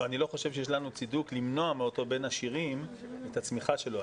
אני לא חושב שיש לנו צידוק למנוע מאותו בן עשירים את הצמיחה שלו.